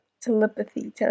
Telepathy